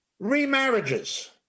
remarriages